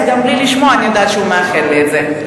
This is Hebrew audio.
אז גם בלי לשמוע אני יודעת שהוא מאחל לי את זה.